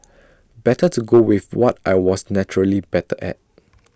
better to go with what I was naturally better at